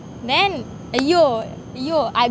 then you you I